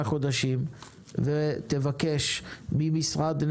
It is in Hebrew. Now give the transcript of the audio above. חודשים ותבקש מן המשרד לפיתוח הפריפריה,